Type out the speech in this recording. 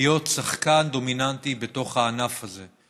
להיות שחקן דומיננטי בתוך הענף הזה.